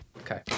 okay